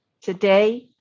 today